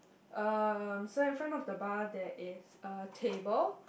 um so in front of the bar there is a table